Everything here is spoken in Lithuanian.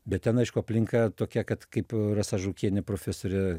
bet ten aišku aplinka tokia kad kaip rasa žukienė profesorė